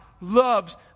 loves